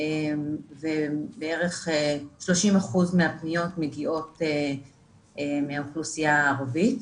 ובערך 30% מהפניות מגיעות מהאוכלוסייה הערבית.